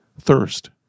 thirst